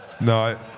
No